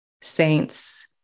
saints